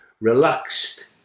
relaxed